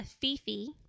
fifi